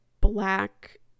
black